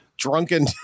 Drunken